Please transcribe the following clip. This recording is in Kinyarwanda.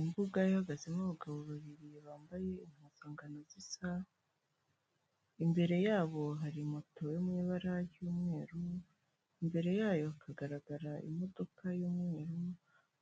Imbuga ihagazemo abagabo babiri bambaye impuzankano zisa imbere yabo hari moto yo mu ibara ry'umweru imbere yayo hagaragara imodoka y'umweruru